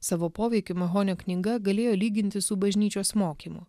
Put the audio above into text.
savo poveikiu mahonio knyga galėjo lygintis su bažnyčios mokymu